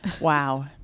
wow